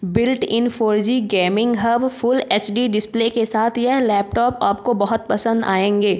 built in four G gaming hub full H D display के साथ यह laptop आपको बहुत पसंद आएंगे